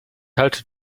halte